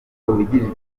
wigirira